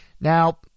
Now